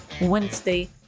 Wednesday